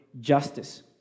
justice